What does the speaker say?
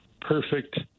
perfect